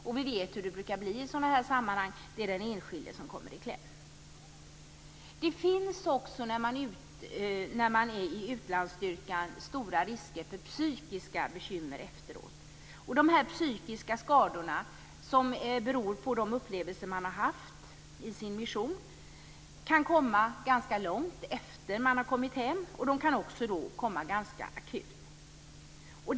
Och vi vet hur det brukar bli i sådana här sammanhang. Det är den enskilde som kommer i kläm. De i utlandsstyrkan riskerar också att få psykiska bekymmer senare, och psykiska skador som beror på upplevelser som de har haft i sin mission kan komma ganska långt efter det att de har kommit hem, och de kan också bli akuta.